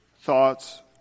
thoughts